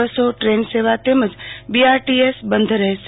બસો ટ્રેન સેવા તેમજ બીઆટીએસ બંધ રહેશે